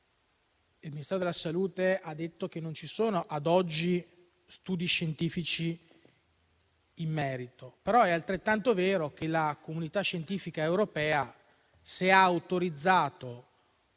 il Ministero della salute ha detto che non ci sono ad oggi studi scientifici in merito; ma è altrettanto vero che la comunità scientifica europea ha autorizzato